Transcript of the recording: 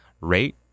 Rate